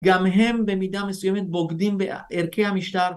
גם הם במידה מסוימת בוגדים בערכי המשטר